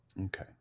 Okay